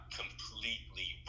completely